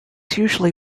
usually